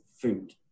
food